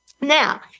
Now